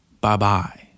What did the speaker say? Bye-bye